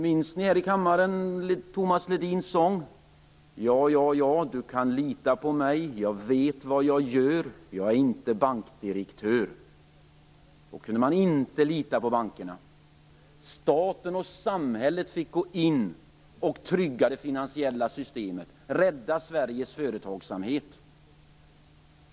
Minns ni här i kammaren den här texten i en sång av Tomas Ledin: Ja, ja, ja, du kan lita på mig. Jag vet vad jag gör. Jag är inte bankdirektör. Då kunde man inte lita på bankerna. Staten fick gå in och trygga det finansiella systemet för att rädda Sveriges företagsamhet.